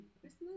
Christmas